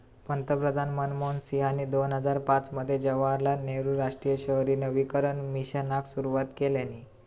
पंतप्रधान मनमोहन सिंहानी दोन हजार पाच मध्ये जवाहरलाल नेहरु राष्ट्रीय शहरी नवीकरण मिशनाक सुरवात केल्यानी